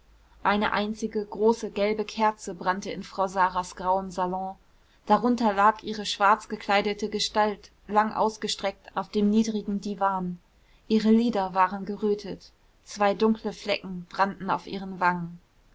eine einzige große gelbe kerze brannte in frau saras grauem salon darunter lag ihre schwarz gekleidete gestalt lang ausgestreckt auf dem niedrigen diwan ihre lider waren gerötet zwei dunkle flecken brannten auf ihren wangen